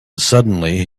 suddenly